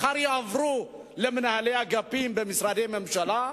מחר יעברו למנהלי אגפים במשרדי ממשלה,